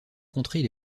contrées